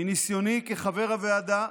מניסיוני כחבר הוועדה,